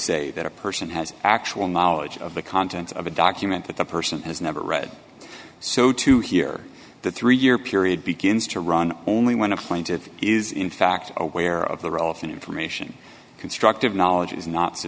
say that a person has actual knowledge of the contents of a document that the person has never read so to hear the three year period begins to run only when a plaintive is in fact aware of the relevant information constructive knowledge is not